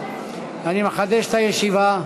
אני מחדש את הישיבה.